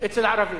אצל ערבים.